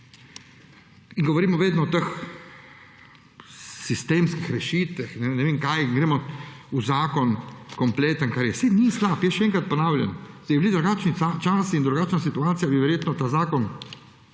Govorimo vedno o teh sistemskih rešitvah in ne vem kaj in gremo v kompleten zakon, saj ni slab – jaz še enkrat ponavljam, če bi bili drugačni časi in drugačna situacija, bi verjetno ta zakon